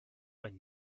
ein